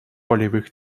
полевых